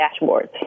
dashboards